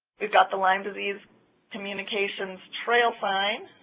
we've got the lyme disease communications trail sign.